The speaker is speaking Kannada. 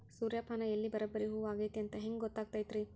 ಸೂರ್ಯಪಾನ ಎಲ್ಲ ಬರಬ್ಬರಿ ಹೂ ಆಗೈತಿ ಅಂತ ಹೆಂಗ್ ಗೊತ್ತಾಗತೈತ್ರಿ?